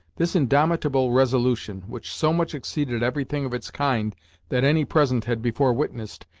this indomitable resolution, which so much exceeded everything of its kind that any present had before witnessed,